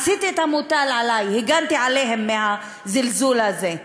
עשיתי את המוטל עלי: הגנתי עליהם מהזלזול הזה.